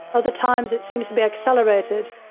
other times, it seems to be accelerated.